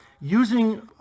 using